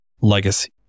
legacy